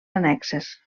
annexes